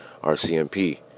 RCMP